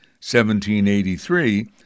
1783